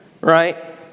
Right